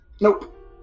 Nope